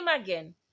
again